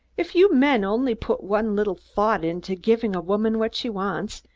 if you men only put one little thought into giving a woman what she wants,